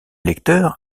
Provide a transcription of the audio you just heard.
lecteurs